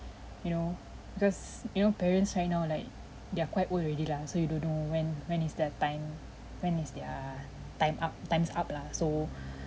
you know because you know parents right now like they're quite old already lah so you don't know when when is their time when is their time up time's up lah so